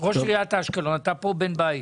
ראש עיריית אשקלון תומר גלאם, אתה פה בן בית.